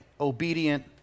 obedient